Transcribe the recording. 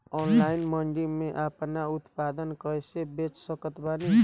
Online मंडी मे आपन उत्पादन कैसे बेच सकत बानी?